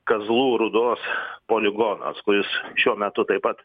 kazlų rūdos poligonas kuris šiuo metu taip pat